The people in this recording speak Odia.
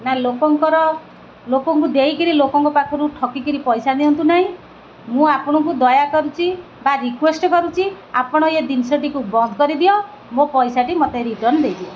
ନା ଲୋକଙ୍କର ଲୋକଙ୍କୁ ଦେଇକିରି ଲୋକଙ୍କ ପାଖରୁ ଠକିକିରି ପଇସା ନିଅନ୍ତୁ ନାହିଁ ମୁଁ ଆପଣଙ୍କୁ ଦୟା କରୁଛି ବା ରିକ୍ୱେଷ୍ଟ କରୁଛି ଆପଣ ଏ ଜିନିଷଟିକୁ ବନ୍ଦ କରିଦିଅ ମୋ ପଇସାଟି ମୋତେ ରିଟର୍ଣ୍ଣ ଦେଇଦିଅ